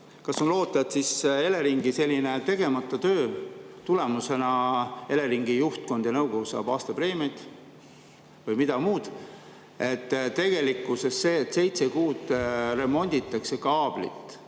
Kas on loota, et Eleringi sellise tegemata töö tulemusena Eleringi juhtkond ja nõukogu saavad aastapreemiaid või midagi muud? Tegelikkus on see, et seitse kuud remonditakse kaablit,